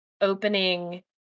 opening